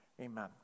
Amen